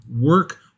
work